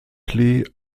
klee